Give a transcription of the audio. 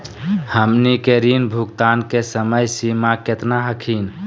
हमनी के ऋण भुगतान के समय सीमा केतना हखिन?